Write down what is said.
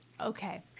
Okay